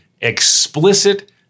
explicit